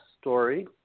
story